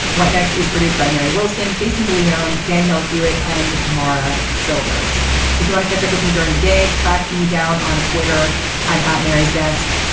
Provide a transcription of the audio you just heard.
what next is produced by mary wilson jason de leone daniel hewett and maura silvers. if you want to catch up with me during the day track me down on twitter i'm at mary's desk.